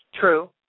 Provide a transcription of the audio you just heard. True